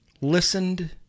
listened